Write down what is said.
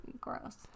gross